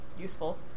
useful